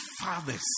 fathers